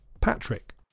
Patrick